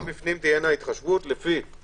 גם בפנים תהיה התחשבות או לפי תפוסה,